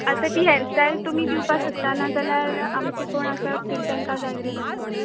आता ती हेरस्टायल तुमी दिवपाक शकता ना जाल्यार आमचें कोण आसा ती तेंका जाय ती करतली